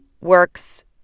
works